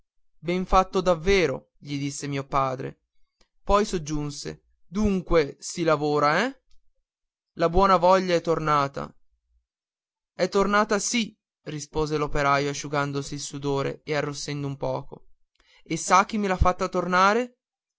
ben fatto davvero gli disse mio padre e soggiunse dunque si lavora eh la buona voglia è tornata è tornata sì rispose l'operaio asciugandosi il sudore e arrossendo un poco e sa chi me l'ha fatta tornare